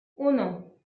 uno